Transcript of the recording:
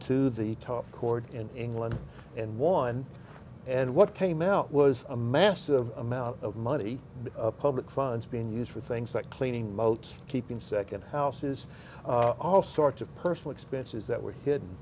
to the top court in england and won and what came out was a massive amount of money and public funds being used for things like cleaning moats keeping second houses all sorts of personal expenses that were